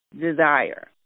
desire